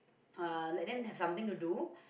uh let them have something to do